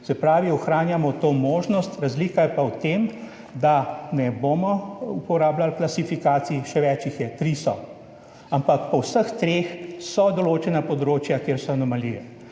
Se pravi, ohranjamo to možnost, razlika je pa v tem, da ne bomo uporabljali klasifikacij, še več jih je, tri so, ampak po vseh treh so določena področja, kjer so anomalije.